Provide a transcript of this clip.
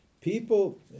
People